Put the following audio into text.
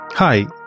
Hi